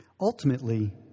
Ultimately